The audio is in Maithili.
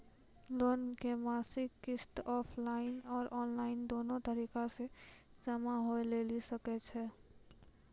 लोन के मासिक किस्त ऑफलाइन और ऑनलाइन दोनो तरीका से जमा होय लेली सकै छै?